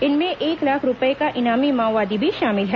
इनमें एक लाख रूपये का इनामी माओवादी भी शामिल है